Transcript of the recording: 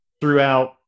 throughout